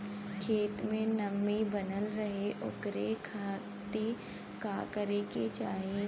खेत में नमी बनल रहे ओकरे खाती का करे के चाही?